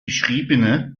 beschriebene